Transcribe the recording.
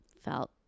felt